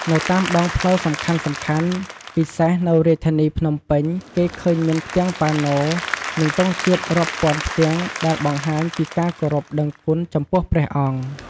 នៅតាមដងផ្លូវសំខាន់ៗ ពិសេសនៅរាជធានីភ្នំពេញ គេឃើញមានផ្ទាំងប៉ាណូ និងទង់ជាតិរាប់ពាន់ផ្ទាំងដែលបង្ហាញពីការគោរពដឹងគុណចំពោះព្រះអង្គ។